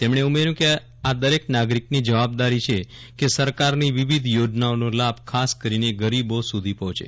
તેમણે ઉમેર્યુ કે આ દરેક નાગરીકની જવાબદારી છે કે સરકારની વિવિધ યોજનાઓનો લાભ ખાસ કરીને ગરીબો સુધી પહોચે